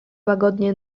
łagodnie